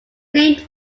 named